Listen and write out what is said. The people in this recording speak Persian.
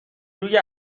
روی